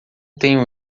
tenho